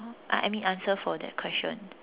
I I mean answer for that question